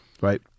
right